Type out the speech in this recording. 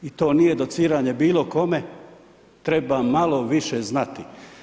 I to nije dociranje bilo kome, treba malo više znati.